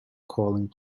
calling